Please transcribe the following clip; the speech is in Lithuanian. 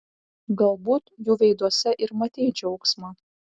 galbūt jų veiduose ir matei džiaugsmą